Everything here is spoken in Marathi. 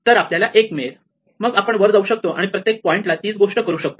तर आपल्याला 1 मिळेल आणि मग आपण वर जाऊ शकतो आणि प्रत्येक पॉईंट ला तीच गोष्ट करू शकतो